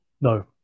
No